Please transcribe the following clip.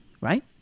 right